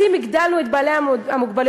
אז אם הגדלנו לבעלי המוגבלויות,